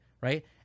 right